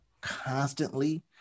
constantly